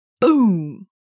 boom